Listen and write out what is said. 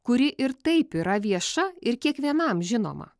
kuri ir taip yra vieša ir kiekvienam žinoma